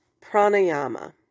pranayama